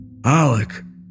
Alec